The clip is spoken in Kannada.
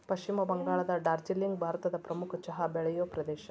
ಪಶ್ಚಿಮ ಬಂಗಾಳದ ಡಾರ್ಜಿಲಿಂಗ್ ಭಾರತದ ಪ್ರಮುಖ ಚಹಾ ಬೆಳೆಯುವ ಪ್ರದೇಶ